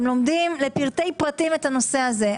אתם לומדים לפרטי פרטים את הנושא הזה.